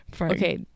Okay